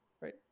right